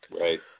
Right